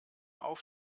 auf